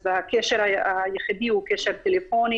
אז הקשר היחיד הוא קשר טלפוני